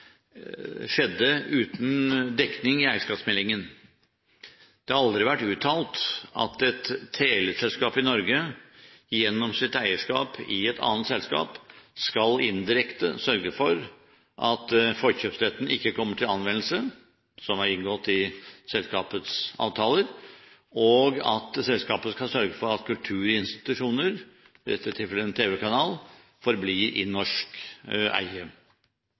skjedde uten dekning i eierskapsmeldingen. Det har aldri vært uttalt at et teleselskap i Norge – gjennom sitt eierskap i et annet selskap – indirekte skal sørge for at forkjøpsretten, som er inngått i selskapets avtaler, ikke kommer til anvendelse, og at selskapet skal sørge for at kulturinstitusjoner – i dette tilfellet en tv-kanal – forblir i norsk eie.